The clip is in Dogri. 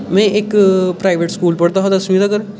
मैं इक प्राइवेट स्कूल पढ़दा हा दसमीं तगर